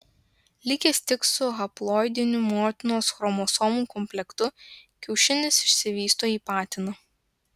likęs tik su haploidiniu motinos chromosomų komplektu kiaušinis išsivysto į patiną